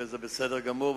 וזה בסדר גמור.